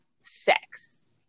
sex